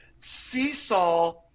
seesaw